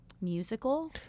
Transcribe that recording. musical